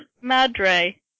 Madre